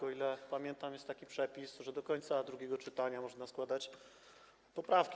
O ile pamiętam jest taki przepis, że do końca drugiego czytania można składać poprawki.